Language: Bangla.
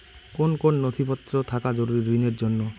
কোন কোন নথিপত্র থাকা জরুরি ঋণের জন্য?